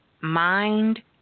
mind